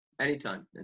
Anytime